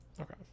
Okay